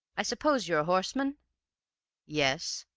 i suppose you're a horseman yes.